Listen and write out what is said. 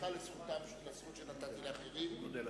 בינך